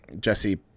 jesse